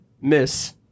miss